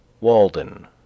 Walden